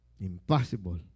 Impossible